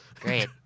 Great